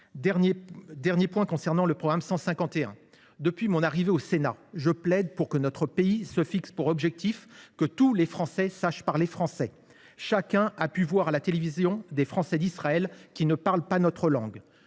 sanitaire par un système d’assurance. Depuis mon arrivée au Sénat, je plaide pour que notre pays se fixe pour objectif que tous les Français sachent parler français. Chacun a pu voir à la télévision des Français d’Israël qui ne parlent pas notre langue.